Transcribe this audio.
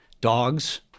Dogs